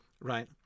right